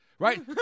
Right